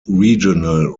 regional